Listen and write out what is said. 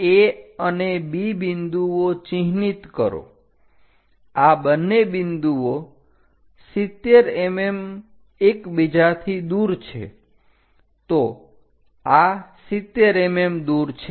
A અને B બિંદુઓ ચિહ્નિત કરો આ બંને બિંદુઓ 70 mm એકબીજાથી દૂર છે તો આ 70 mm દૂર છે